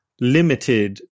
limited